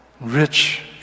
rich